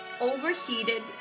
overheated